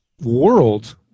world